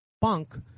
Punk